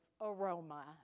aroma